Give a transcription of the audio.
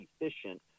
efficient